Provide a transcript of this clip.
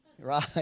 Right